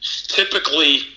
typically